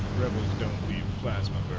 rebels don't leave plasma